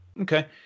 Okay